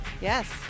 Yes